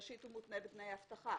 ראשית הוא מותנה בתנאי אבטחה,